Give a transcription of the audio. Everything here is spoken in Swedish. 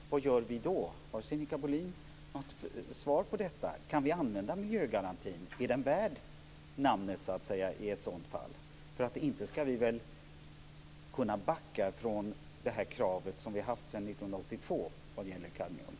Vad gör vi då? Har Sinikka Bohlin något svar på detta? Kan vi använda miljögarantin? Är den värd namnet i ett sådant fall? Inte ska vi väl backa från det krav som vi haft sedan 1982 för kadmium?